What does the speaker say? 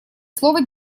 слово